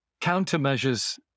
countermeasures